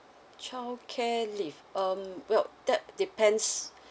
childcare leave um well that depends